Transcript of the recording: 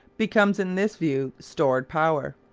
becomes in this view stored power.